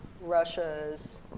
Russia's